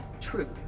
True